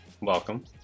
Welcome